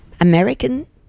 American